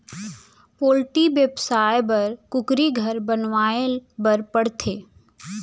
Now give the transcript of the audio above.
poultry बेवसाय बर कुकुरी घर बनवाए बर परथे